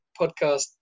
podcast